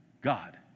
God